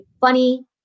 funny